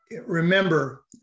remember